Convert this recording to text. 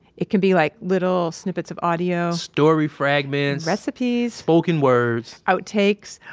it can be like little snippets of audio. story fragments. recipes. spoken words. outtakes.